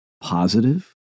positive